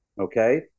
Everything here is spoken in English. okay